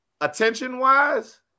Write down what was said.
Attention-wise